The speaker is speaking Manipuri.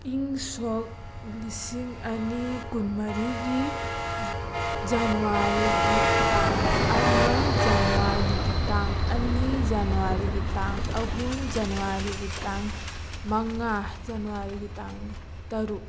ꯏꯪ ꯁꯣꯛ ꯂꯤꯁꯤꯡ ꯑꯅꯤ ꯀꯨꯟꯃꯔꯤꯒꯤ ꯖꯅꯋꯥꯔꯤꯒꯤ ꯇꯥꯡ ꯑꯃ ꯖꯅꯋꯥꯔꯤꯒꯤ ꯇꯥꯡ ꯑꯅꯤ ꯖꯅꯋꯥꯔꯤꯒꯤ ꯇꯥꯡ ꯑꯍꯨꯝ ꯖꯅꯋꯥꯔꯤꯒꯤ ꯇꯥꯡ ꯃꯉꯥ ꯖꯅꯋꯥꯔꯤꯒꯤ ꯇꯥꯡ ꯇꯔꯨꯛ